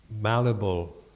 malleable